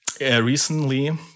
Recently